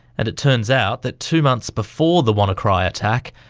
and it turns out that two months before the wannacry attack,